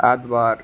ऐतबार